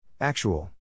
Actual